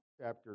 chapter